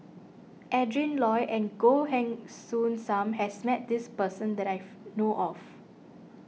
Adrin Loi and Goh Heng Soon Sam has met this person that I've know of